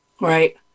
right